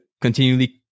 continually